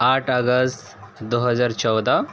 آٹھ اگست دو ہزار چودہ